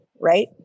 right